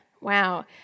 Wow